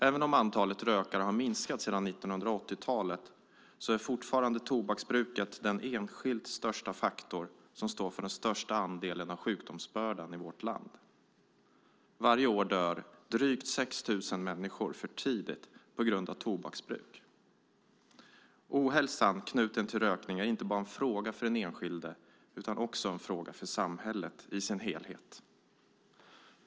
Även om antalet rökare har minskat sedan 1980-talet är fortfarande tobaksbruket den enskilt största faktor som står för den största andelen av sjukdomsbördan i vårt land. Varje år dör drygt 6 000 människor för tidigt på grund av tobaksbruk. Ohälsa knuten till rökning är inte en fråga bara för den enskilde utan också för samhället i sin helhet.